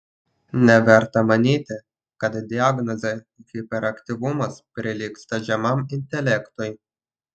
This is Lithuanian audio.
neverta manyti kad diagnozė hiperaktyvumas prilygsta žemam intelektui